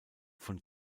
von